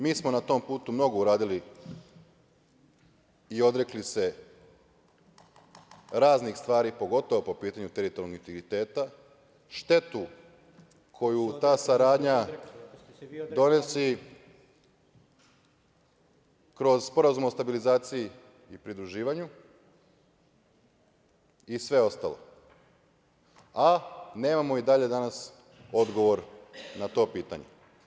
Mi smo na tom putu mnogo uradili i odrekli se raznih stvari, pogotovo po pitanju teritorijalnog integriteta, štetu koju ta saradnja donosi kroz Sporazum o stabilizaciji i pridruživanju i sve ostalo, a nemamo i dalje danas odgovor na to pitanje.